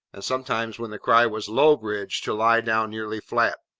and sometimes, when the cry was low bridge to lie down nearly flat.